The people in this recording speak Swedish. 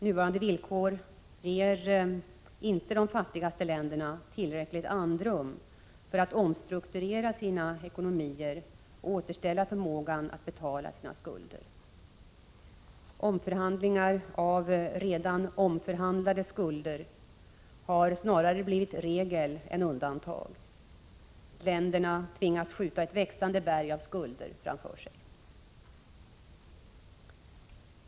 Nuvarande villkor ger inte de fattigaste länderna tillräckligt andrum för att omstrukturera sina ekonomier och återställa förmågan att betala sina skulder. Omförhandlingar av redan omförhandlade skulder har snarare blivit regel än undantag. Länderna tvingas skjuta ett växande berg av skulder framför sig.